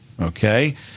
Okay